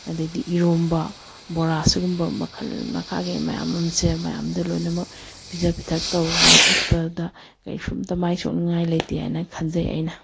ꯑꯗꯩꯗꯤ ꯏꯔꯣꯝꯕ ꯕꯣꯔꯥ ꯁꯤꯒꯨꯝꯕ ꯃꯈꯜ ꯃꯈꯥꯒꯤ ꯃꯌꯥꯝ ꯑꯃꯁꯦ ꯃꯌꯥꯝꯗ ꯂꯣꯏꯅꯃꯛ ꯄꯤꯖ ꯄꯤꯊꯛ ꯇꯧꯗꯅ ꯎꯠꯄꯗ ꯀꯩꯁꯨꯝꯇ ꯃꯥꯏ ꯆꯣꯞꯅꯤꯡꯉꯥꯏ ꯂꯩꯇꯦ ꯍꯥꯏꯅ ꯈꯟꯖꯩ ꯑꯩꯅ